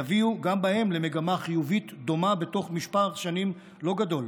יביאו גם בהם למגמה חיובית דומה בתוך מספר שנים לא גדול.